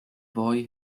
boy